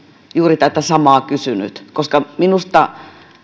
juuri tätä samaa kysynyt koska minusta